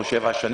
או 7 שנים,